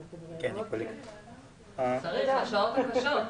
התשובה הייתה: 170. אז זה היה 8 על 170. אבל כל יום מתווספים חדשים.